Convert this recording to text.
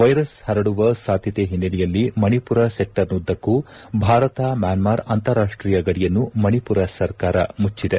virus ಪರಡುವ ಸಾಧ್ಯತೆ ಹಿನ್ನೆಲೆಯಲ್ಲಿ ಮಣಿಪುರ ಸೆಕ್ಷರ್ನುದ್ದಕ್ಕೂ ಭಾರತ ಮ್ಯಾನ್ಸಾರ್ ಅಂತಾರಾಷ್ಷೀಯ ಗಡಿಯನ್ನು ಮಣಿಪುರ ಸರ್ಕಾರ ಮುಚ್ಚಿದೆ